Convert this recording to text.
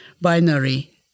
binary